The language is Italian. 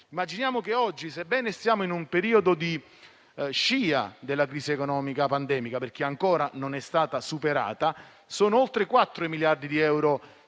Immaginiamo che oggi, sebbene siamo in un periodo di scia della crisi economica e pandemica (perché ancora non è stata superata), oltre 4 miliardi di euro